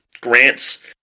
grants